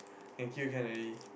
can kill can already